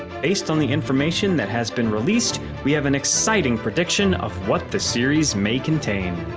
based on the information that has been released, we have an exciting prediction of what the series may contain!